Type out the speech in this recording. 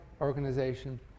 organization